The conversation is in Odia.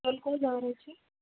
ଷ୍ଟଲ୍ କେଉଁ ଯାଗାରେ ଅଛି